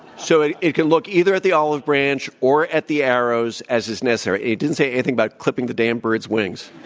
so it it can look either at the olive branch or at the arrows as is necessary. he didn't say anything about clipping the damn bird's wings.